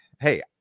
hey